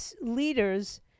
leaders